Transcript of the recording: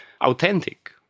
authentic